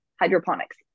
hydroponics